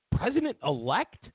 President-elect